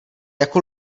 jako